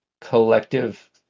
collective